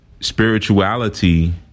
spirituality